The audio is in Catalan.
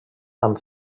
amb